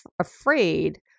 afraid